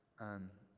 and